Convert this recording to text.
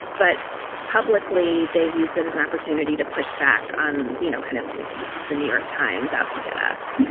but publicly, they views that as an opportunity to push back on, you know, kind of like this is the new york times out to get us.